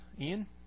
Ian